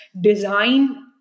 design